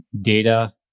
data